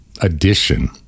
addition